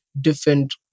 different